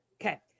Okay